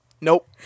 Nope